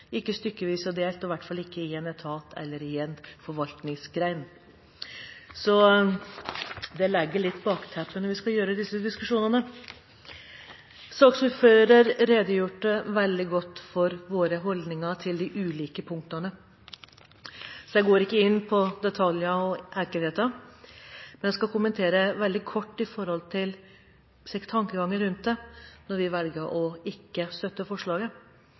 ikke stykkevis og delt – i hvert fall ikke i en etat eller i en forvaltningsgren. Dette er noe av bakteppet når vi skal ha disse diskusjonene. Saksordføreren redegjorde veldig godt for våre holdninger til de ulike punktene, så jeg går ikke inn på detaljer og enkeltheter. Men jeg skal kort kommentere